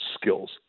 skills